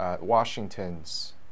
Washington's